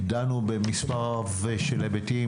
דנו במספר רב של היבטים,